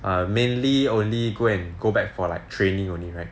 err mainly only go and go back for like training only right